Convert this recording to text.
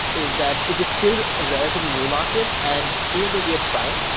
is that it is still a relatively new market. and even though we are trying,